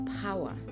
power